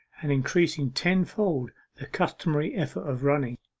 and increasing tenfold the customary effort of running,